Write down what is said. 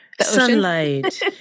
sunlight